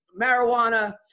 marijuana